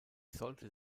sollte